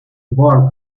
bark